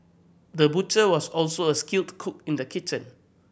the butcher was also a skilled cook in the kitchen